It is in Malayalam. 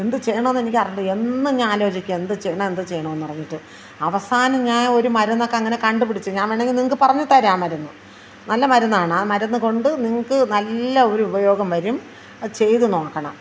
എന്ത് ചെയ്യണമെന്ന് എനിക്ക് അറിയില്ല എന്നും ഞാൻ ആലോചിക്കും എന്ത് ചെയ്യണം എന്ത് ചെയ്യണം എന്ന് പറഞ്ഞിട്ട് അവസാനം ഞാൻ ഒരു മരുന്നൊക്കെ അങ്ങനെ കണ്ടുപിടിച്ച് ഞാൻ വേണമെങ്കിൽ നിങ്ങൾക്ക് പറഞ്ഞ് തരാം ആ മരുന്ന് നല്ല മരുന്നാണ് ആ മരുന്നുകൊണ്ട് നിങ്ങൾക്ക് നല്ല ഒരു ഉപയോഗം വരും അത് ചെയ്തു നോക്കണം